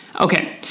Okay